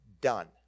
done